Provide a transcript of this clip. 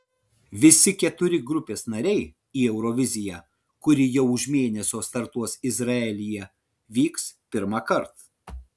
visi keturi grupės nariai į euroviziją kuri jau už mėnesio startuos izraelyje vyks pirmąkart